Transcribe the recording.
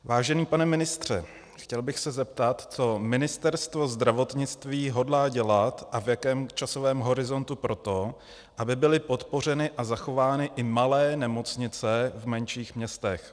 Vážený pane ministře, chtěl bych se zeptat, co Ministerstvo zdravotnictví hodlá dělat a v jakém časovém horizontu pro to, aby byly podpořeny a zachovány i malé nemocnice v menších městech.